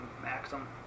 Maxim